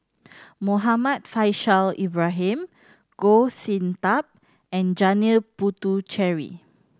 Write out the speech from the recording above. Muhammad Faishal Ibrahim Goh Sin Tub and Janil Puthucheary